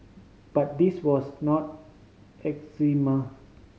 but this was not eczema